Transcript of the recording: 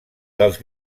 dels